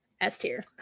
S-tier